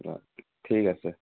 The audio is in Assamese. অঁ ঠিক আছে